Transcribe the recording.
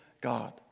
God